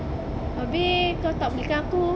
abeh kau tak belikan aku